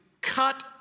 cut